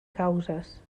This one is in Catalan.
causes